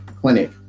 clinic